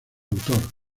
autor